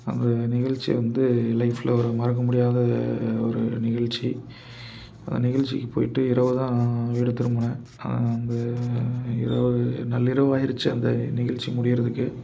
அந்த நிகழ்ச்சி வந்து லைஃப்ல ஒரு மறக்க முடியாத ஒரு நிகழ்ச்சி அந்த நிகழ்ச்சிக்கி போய்ட்டு இரவு தான் வீடு திரும்பினேன் அது வந்து இரவு நள்ளிரவு ஆயிடுச்சி அந்த நிகழ்ச்சி முடிகிறதுக்கே